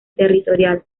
territorial